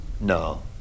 No